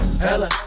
hella